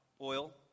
oil